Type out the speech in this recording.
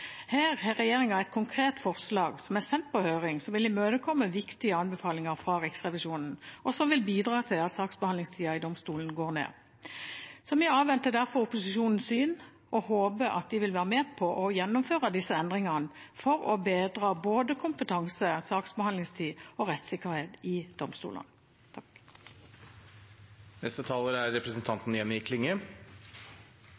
Her har regjeringen et konkret forslag som er sendt på høring som vil imøtekomme viktige anbefalinger fra Riksrevisjonen, og som vil bidra til at saksbehandlingstida i domstolen går ned. Vi avventer derfor opposisjonens syn og håper at de vil være med på å gjennomføre disse endringene for å bedre både kompetanse, saksbehandlingstid og rettssikkerhet i domstolene.